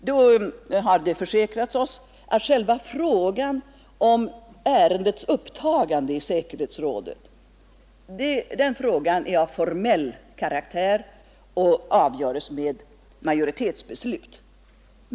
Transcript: Då har det försäkrats oss att frågan om ärendets upptagande i säkerhetsrådet är av formell karaktär och avgöres med majoritetsbeslut.